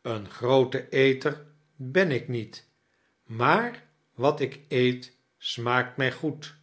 ben groote eter ben ik niet maar wat ik eet smaakt mij goed